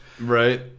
Right